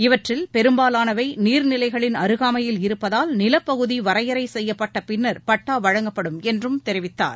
இவற்றில் பெரும்பாலானவை நீர்நிலைகளின் அருகாமையில் இருப்பதால் நிலப்பகுதி வரையறை செய்யப்பட்ட பின்னர் பட்டா வழங்கப்படும் என்றும் தெரிவித்தார்